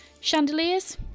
chandeliers